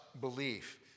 belief